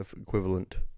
equivalent